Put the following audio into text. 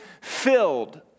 filled